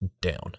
down